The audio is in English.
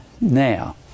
now